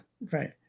right